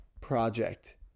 project